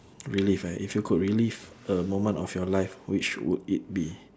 relive ah if you could relive a moment of your life which would it be